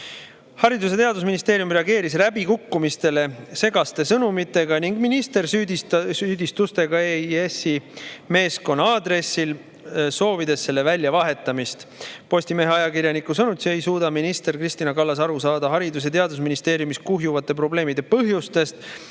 Haridus- ja Teadusministeerium reageeris läbikukkumistele segaste sõnumitega ning minister süüdistustega EIS-i meeskonna aadressil, soovides selle väljavahetamist. Postimehe ajakirjaniku sõnul ei suuda minister Kristina Kallas aru saada Haridus- ja Teadusministeeriumis kuhjuvate probleemide põhjustest,